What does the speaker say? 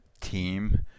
team